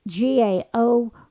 GAO